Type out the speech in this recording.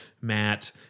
Matt